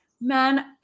men